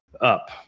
up